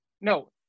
no